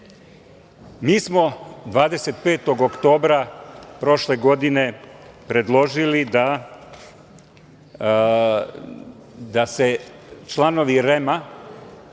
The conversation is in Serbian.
mi smo 25. oktobra prošle godine predložili da se članovi REM-a